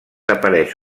apareix